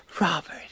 Robert